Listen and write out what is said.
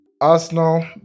Arsenal